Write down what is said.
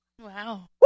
Wow